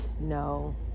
no